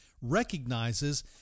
recognizes